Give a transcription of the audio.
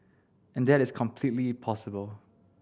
and that is completely possible